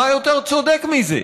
מה יותר צודק מזה?